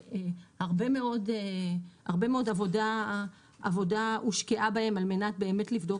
שהרבה מאוד עבודה הושקעה בהם על מנת באמת לבדוק